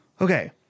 okay